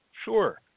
Sure